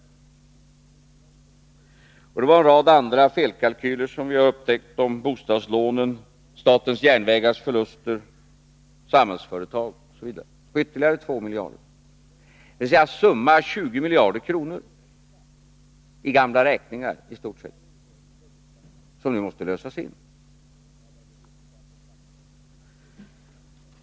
Vi har upptäckt en rad andra felkalkyler, om bostadslånen, statens järnvägars förluster, Samhällsföretag osv., på ytterligare 2 miljarder. Det blir summa 20 miljarder kronor, i stort sett i gamla räkningar, som nu måste lösas in.